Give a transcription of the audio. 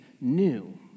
new